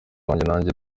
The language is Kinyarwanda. wanjye